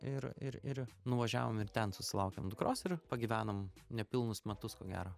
ir ir ir nuvažiavom ir ten susilaukėm dukros ir pagyvenom nepilnus metus ko gero